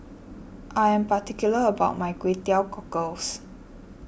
I am particular about my Kway Teow Cockles